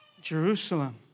Jerusalem